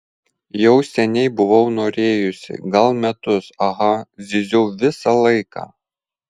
jau seniai buvau norėjusi gal metus aha zyziau visą laiką